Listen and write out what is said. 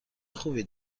خوبی